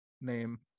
name